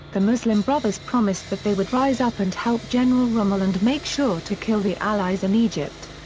the muslim brothers promised that they would rise up and help general rommel and make sure to kill the allies in egypt.